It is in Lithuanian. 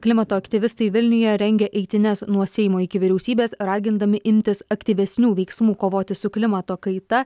klimato aktyvistai vilniuje rengia eitynes nuo seimo iki vyriausybės ragindami imtis aktyvesnių veiksmų kovoti su klimato kaita